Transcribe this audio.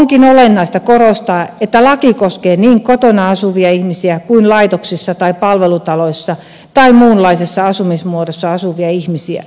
onkin olennaista korostaa että laki koskee niin kotona asuvia ihmisiä kuin laitoksissa tai palvelutaloissa tai muunlaisessa asumismuodossa asuvia ihmisiä